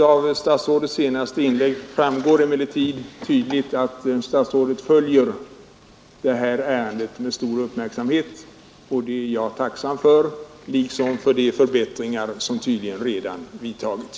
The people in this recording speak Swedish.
Av statsrådets senaste inlägg framgår emellertid tydligt att statsrådet följer detta ärende med stor uppmärksamhet, och det är jag tacksam för, liksom för de förbättringar som tydligen redan vidtagits.